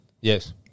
Yes